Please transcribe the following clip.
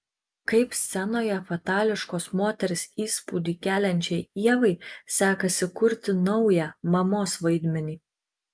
kaip scenoje fatališkos moters įspūdį keliančiai ievai sekasi kurti naują mamos vaidmenį